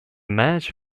match